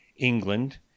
England